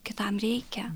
kitam reikia